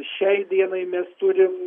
šiai dienai mes turim